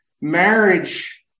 Marriage